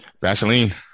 Vaseline